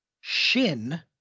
Shin